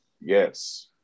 Yes